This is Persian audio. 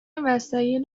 وسایل